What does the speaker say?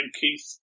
Keith